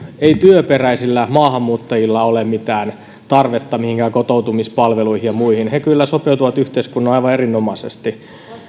ei työperäisillä maahanmuuttajilla ole mitään tarvetta mihinkään kotoutumispalveluihin ja muihin he kyllä sopeutuvat yhteiskuntaan aivan erinomaisesti